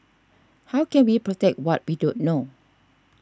how can we protect what we don't know